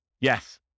Yes